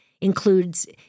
includes